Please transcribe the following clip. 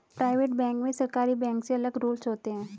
private bank में सरकारी bank से अलग रूल्स होते है